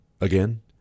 again